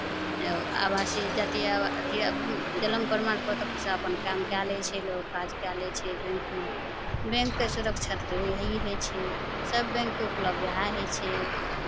ओ आवासीय जाति अथी जन्म प्रमाण पत्रसँ अपन काम कए लै छै लोक काज कए लै छै बैंकमे बैंकके सुरक्षा तऽ रहै ही छै सभ बैंकके उपलब्ध उएह होइ छै